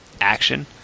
action